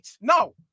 No